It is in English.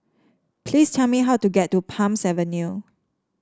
please tell me how to get to Palms Avenue